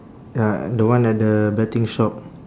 ya the one at the betting shop